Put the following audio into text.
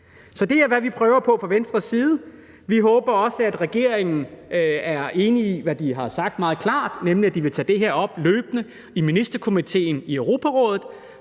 Så det er, hvad vi prøver på fra Venstres side. Vi håber også, at regeringen er enige og at de – hvad de har sagt meget klart – vil tage det her op løbende i Ministerkomiteen i Europarådet.